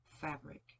fabric